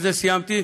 ובזה סיימתי,